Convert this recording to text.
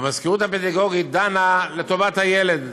המזכירות הפדגוגית דנה לטובת הילד,